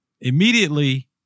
Immediately